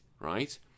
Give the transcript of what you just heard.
right